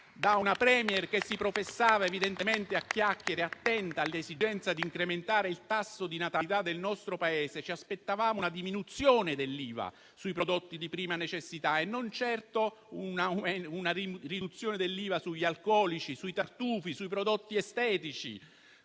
Da una *Premier* che - a chiacchiere, evidentemente - si professava attenta all'esigenza di incrementare il tasso di natalità del nostro Paese ci aspettavamo una diminuzione dell'IVA sui prodotti di prima necessità, non certo una sua riduzione sugli alcolici, sui tartufi o sui prodotti estetici.